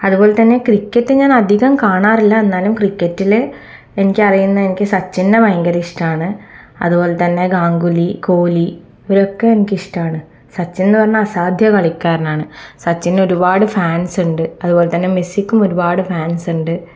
അതുപോലെതന്നെ ക്രിക്കറ്റ് ഞാൻ അധികം കാണാറില്ല എന്നാലും ക്രിക്കറ്റില് എനിക്ക് അറിയുന്നത് എനിക്ക് സച്ചിനെ ഭയങ്കര ഇഷ്ടമാണ് അതുപോലെതന്നെ ഗാംഗുലി കോഹ്ലി ഇവരൊക്കെ എനിക്ക് ഇഷ്ടമാണ് സച്ചിൻന്ന് പറഞ്ഞാൽ അസാധ്യ കളിക്കാരനാണ് സച്ചിന് ഒരുപാട് ഫാൻസ്ണ്ട് അതുപോലെതന്നെ മെസ്സിക്കും ഒരുപാട് ഫാൻസ്ണ്ട്